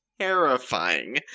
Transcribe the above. terrifying